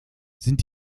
sind